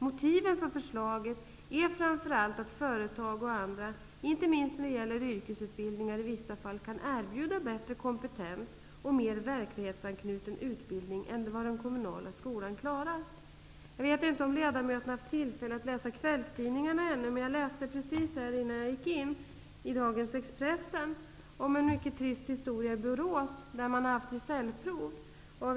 Motiven för förslaget är framför allt att företag och andra, inte minst när det gäller yrkesutbildningar, i vissa fall kan erbjuda bättre kompetens och mer verklighetsanknuten utbildning än vad den kommunala skolan klarar. Jag vet inte om ledamöterna har haft tillfälle att läsa kvällstidningarna ännu, men precis innan jag gick in i kammaren läste jag i dagens Expressen om en mycket trist historia i Borås, där man har haft gesällprov.